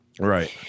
Right